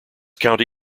county